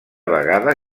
vegada